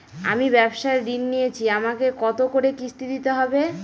আমি ব্যবসার ঋণ নিয়েছি আমাকে কত করে কিস্তি দিতে হবে?